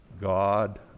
God